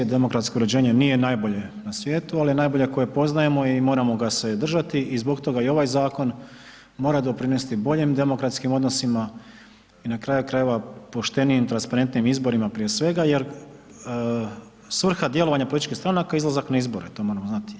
Demokratsko uređenje nije najbolje na svijetu, ali je najbolje koje poznajemo i moramo ga se držati i zbog toga i ovaj zakon mora doprinesti boljim demokratskim odnosima i na kraju krajeva poštenijim, transparentnijim izborima prije svega, jer svrha djelovanja političkih stranaka je izlazak na izbore, to moramo znati.